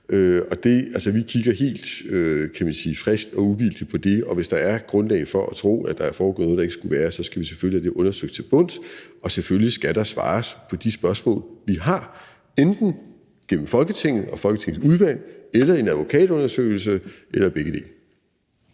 man sige, friskt og uvildigt på det, og hvis der er grundlag for at tro, at der er foregået noget, der ikke skulle være sket, så skal vi selvfølgelig have det undersøgt til bunds. Og selvfølgelig skal der svares på de spørgsmål, vi har, gennem Folketinget og Folketingets udvalg, ved en advokatundersøgelse eller ved begge dele.